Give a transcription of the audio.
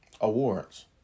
awards